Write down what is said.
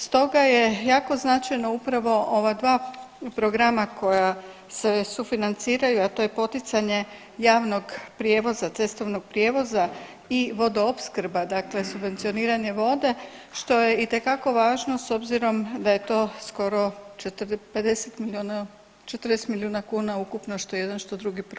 Stoga je jako značajno upravo ova dva programa koja se sufinanciraju, a to je poticanje javnog prijevoza, cestovnog prijevoza i vodoopskrba, dakle subvencioniranje vode, što je itekako važno s obzirom da je to skoro 40 milijuna kuna ukupno što jedan, što drugi program.